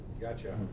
Gotcha